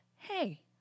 Hey